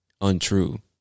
untrue